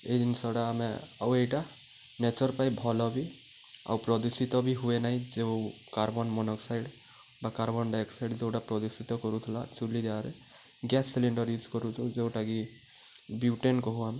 ଏଇ ଜିନିଷଟା ଆମେ ଆଉ ଏଇଟା ନେଚର୍ ପାଇଁ ଭଲ ବି ଆଉ ପ୍ରଦୂଷିତ ବି ହୁଏ ନାହିଁ ଯେଉଁ କାର୍ବନ୍ ମୋନୋଅକ୍ସାଇଡ଼୍ ବା କାର୍ବନ୍ ଡ଼ାଇଅକ୍ସାଇଡ଼୍ ଯେଉଁଟା ପ୍ରଦୂଷିତ କରୁଥିଲା ଚୁଲି ଯାାଗାରେ ଗ୍ୟାସ୍ ସିଲିଣ୍ଡର ୟୁଜ୍ କରୁଛୁ ଯେଉଁଟାକି ଗ୍ଲୁଟେନ୍ କହୁ ଆମେ